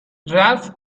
ralph